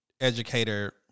educator